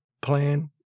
plan